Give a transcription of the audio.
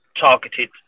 targeted